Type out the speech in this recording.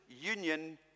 union